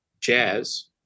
jazz